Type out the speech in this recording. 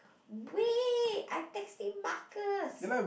wait I texting Marcus